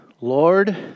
Lord